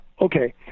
okay